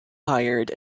hired